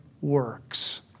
works